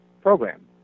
program